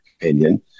opinion